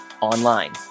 Online